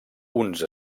uns